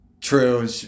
true